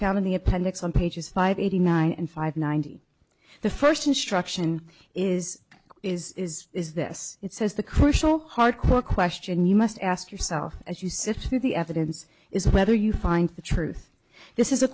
found in the appendix on pages five eighty nine and five ninety the first instruction is is is is this it says the crucial hard core question you must ask yourself as you sift through the evidence is whether you find the truth this is a